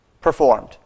performed